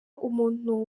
umuntu